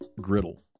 griddle